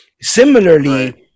similarly